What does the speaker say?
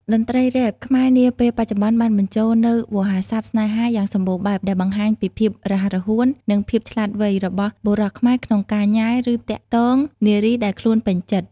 តន្ត្រីរ៉េប ខ្មែរនាពេលបច្ចុប្បន្ន បានបញ្ចូលនូវវោហារស័ព្ទស្នេហាយ៉ាងសម្បូរបែប ដែលបង្ហាញពីភាពរហ័សរហួន និងភាពវៃឆ្លាតរបស់បុរសខ្មែរក្នុងការញ៉ែ ឬទាក់ទងនារីដែលខ្លួនពេញចិត្ត។